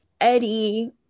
Eddie